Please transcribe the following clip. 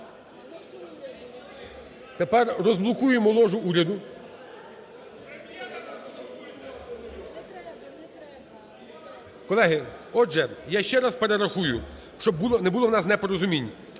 Тепер розблокуємо ложу уряду. Колеги, отже, я ще раз перерахую, щоб не було в нас непорозумінь.